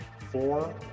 four